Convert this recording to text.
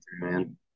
man